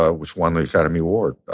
ah which one the academy award,